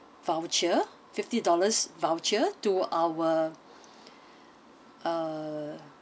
voucher fifty dollars voucher to our uh